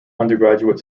undergraduate